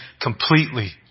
completely